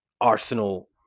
arsenal